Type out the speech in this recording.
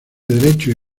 derechos